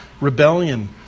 rebellion